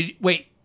Wait